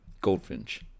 Goldfinch